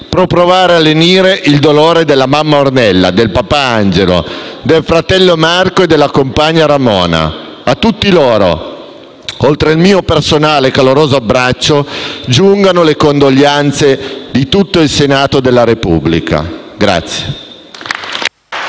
provare a lenire il dolore della mamma Ornella, del papà Angelo, del fratello Marco e della compagnia Ramona. A tutti loro, oltre il mio personale, caloroso abbraccio, giungano le condoglianze di tutto il Senato della Repubblica.